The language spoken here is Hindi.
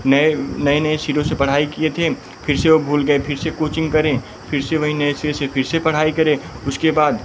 नए नए नए सिरे से पढ़ाई किए थे फिर से ओ भूल गए फिर से कोचिंग करें फिर से वही नए सिरे से फिर से पढ़ाई करे उसके बाद